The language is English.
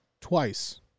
twice